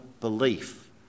belief